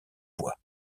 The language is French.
voies